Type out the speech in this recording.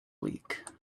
week